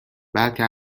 بلکه